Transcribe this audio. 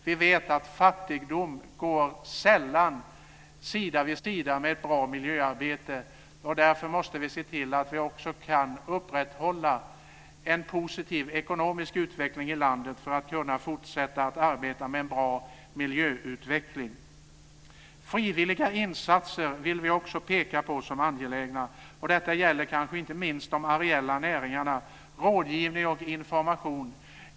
Vi vet att fattigdom sällan går sida vid sida med ett bra miljöarbete, och därför måste vi se till att vi också kan upprätthålla en positiv ekonomisk utveckling i landet för att kunna fortsätta arbeta med en bra miljöutveckling. Frivilliga insatser vill vi också peka på som angelägna, och detta gäller kanske inte minst de areella näringarna, rådgivning och information.